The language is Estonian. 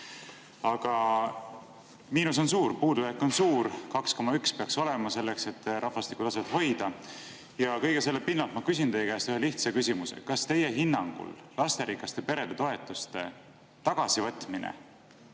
Aga miinus on suur, puudujääk on suur, 2,1 peaks olema selleks, et rahvastiku taset hoida. Ja kõige selle pinnalt ma küsin teie käest ühe lihtsa küsimuse. Kas teie hinnangul lasterikaste perede toetuste tagasivõtmine